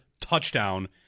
touchdown